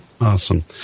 Awesome